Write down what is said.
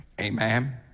Amen